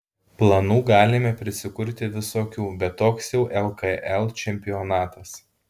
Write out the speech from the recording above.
planų galime prisikurti visokių bet toks jau lkl čempionatas